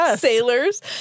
sailors